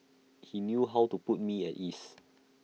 he knew how to put me at ease